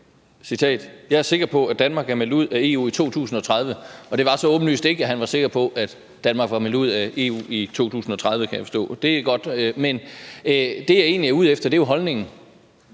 »Jeg er sikker på, at Danmark er meldt ud af EU i 2030.« Det var så ikke åbenlyst, at han var sikker på, at Danmark var meldt ud af EU i 2030, kan jeg forstå. Det er godt, men det, jeg egentlig er ude efter, er jo holdningen